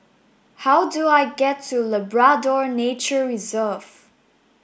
how do I get to Labrador Nature Reserve